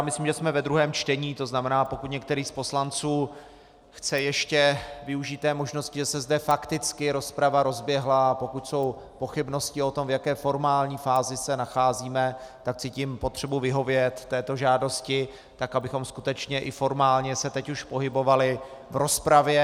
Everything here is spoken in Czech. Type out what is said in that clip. Já myslím, že jsme ve druhém čtení, to znamená, pokud některý z poslanců chce ještě využít té možnosti, že se zde fakticky rozprava rozběhla, a pokud jsou pochybnosti o tom, v jaké formální fázi se nacházíme, tak cítím potřebu vyhovět této žádosti tak, abychom skutečně i formálně se teď už pohybovali v rozpravě.